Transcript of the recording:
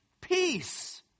peace